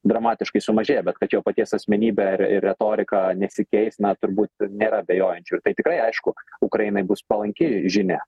dramatiškai sumažėjo bet kad jo paties asmenybė ir ir retorika nesikeis na turbūt nėra abejojančių tai tikrai aišku ukrainai bus palanki žinia